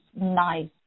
nice